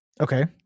okay